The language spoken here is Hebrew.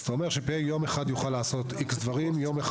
אז אתה אומר ש-P.A יוכל לעשות יום אחד